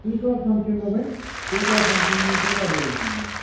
تُہۍ کر سَمکھِو مےٚ وۅنۍ تُہۍ کر سَمکھِو مےٚ وۅنۍ تُہۍ کر ہٲوِو مےٚ وۅنۍ یہِ